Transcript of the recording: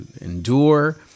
endure